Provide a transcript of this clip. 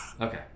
Okay